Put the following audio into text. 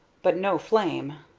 but no flame.